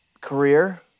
career